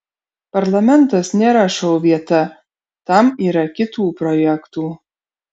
parlamentas nėra šou vieta tam yra kitų projektų